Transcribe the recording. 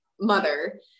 mother